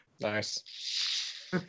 Nice